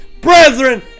brethren